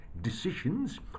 decisions